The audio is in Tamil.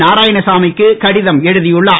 நாராயணசாமி க்கு கடிதம் எழுதியுள்ளார்